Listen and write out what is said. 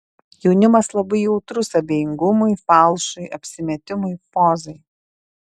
jaunimas labai jautrus abejingumui falšui apsimetimui pozai